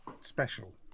special